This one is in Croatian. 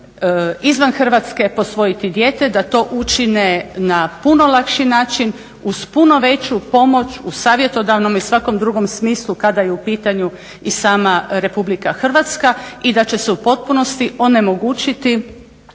izvan Hrvatske posvojiti dijete da to učine na puno lakši način uz puno veću pomoć u savjetodavnom i svakom drugom smislu kada je u pitanju i sama RH i da će se u potpunosti onemogućiti